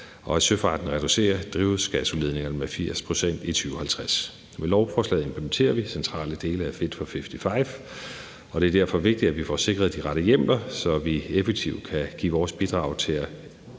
og at søfarten reducerer drivhusgasudledningerne med 80 pct. i 2050. Med lovforslaget implementerer vi centrale dele af Fit for 55, og det er derfor vigtigt, at vi får sikret de rette hjemler, så vi effektivt kan give vores bidrag til